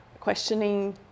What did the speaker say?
questioning